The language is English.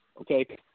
okay